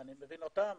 ואני מבין אותם